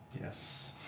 Yes